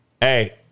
Hey